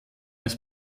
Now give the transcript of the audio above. als